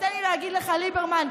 אז תן לי להגיד לך, ליברמן,